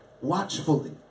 watchfully